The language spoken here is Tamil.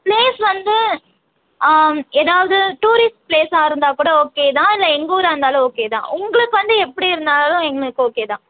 பிளேஸ் வந்து எதாவது டூரிஸ்ட் பிளேஸாக இருந்தால் கூட ஓகே தான் இல்லை எங்கள் ஊராக இருந்தாலும் ஓகே தான் உங்களுக்கு வந்து எப்படி இருந்தாலும் எங்களுக்கு ஓகே தான்